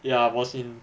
ya I was in